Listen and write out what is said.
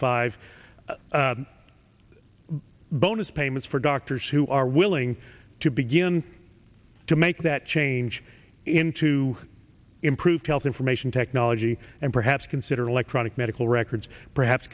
five bonus payments for doctors who are willing to begin to make that change into improved health information technology and perhaps consider electronic medical records perhaps